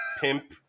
pimp